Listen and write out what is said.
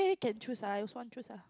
eh can choose ah I also want choose ah